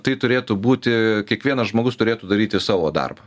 tai turėtų būti kiekvienas žmogus turėtų daryti savo darbą